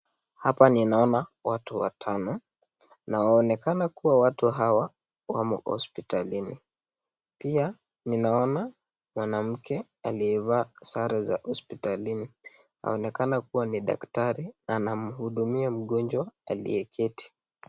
Hapa ninaona watu watano na inaonekana watu hawa wamo hospitalini. Pia ninaona mwanamke aliyevaa sare za hospitalini aonekana kuwa ni daktari anamhudumia mgonjwa aliyeketi.